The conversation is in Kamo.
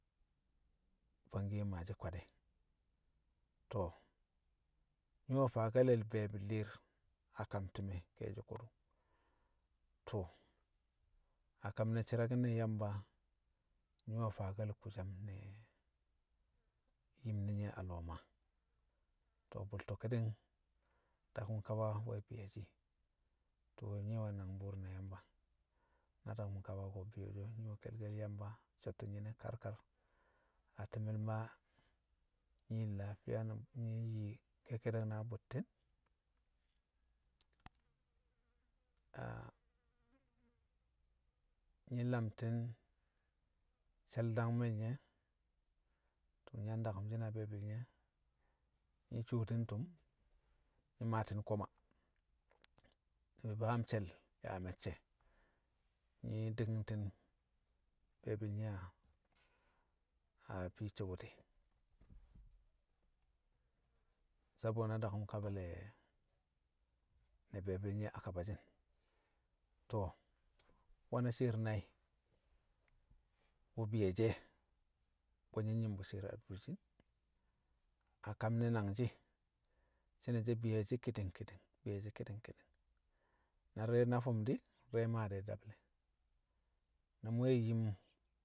fangkiye maa shi̱ kwad e̱. To̱, nyi̱ we̱ faake̱l be̱e̱bi̱ li̱i̱r a kam ti̱me̱, ke̱e̱shi̱ ko̱dṵ to̱, a kam ne̱ shi̱raki̱n ne̱ Yamba nyi̱ we̱ faake̱l kusam ne̱ yim ne̱ a lo̱o̱ Maa. To̱ bu̱lto̱ ki̱di̱ng daku̱m kaba we̱ bi̱yo̱shi̱. To̱ nyi̱ we̱ nangbṵṵr na Yamba na dakṵm kaba ko̱ bi̱yo̱shi̱ o̱ nyi̱ we̱ kelkel Yamba so̱ttṵ nyi̱ne̱ kar kar a ti̱me̱l Maa nyi̱ yi lafiya na- nyi̱ yi ke̱kke̱de̱k na bṵtti̱n. nyi̱ lamti̱n she̱l- dangme̱l nye̱, tṵṵ nyi̱ yang dakṵm shi̱ na be̱e̱bi̱ le̱ nye̱, nyi̱ cuwoti̱n tṵm nyi̱ maati̱n koma, nyi̱ faam she̱l yaa me̱cce̱, nyi̱ diki̱ngti̱n be̱e̱bi̱ le̱ nye̱ a- a fii sobote sabo na dakṵm kaba le̱ le̱ be̱e̱bi̱l nye̱ a kabashi̱n. To̱, nwe̱ na shi̱i̱r nai̱ wṵ bi̱yo̱shi̱ e̱ wṵ nyi̱ nyi̱m bṵ shi̱i̱r adurshin. A kam ne̱ nangshi̱ shi̱nashe̱ bi̱yo̱shi̱ ki̱di̱ng ki̱di̱ng, bi̱yo̱shi̱ ki̱di̱ng ki̱di̱ng, na di̱re̱ na fṵm di̱ di̱re̱ maa de̱ dable̱ na mṵ we̱ yim